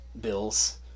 bills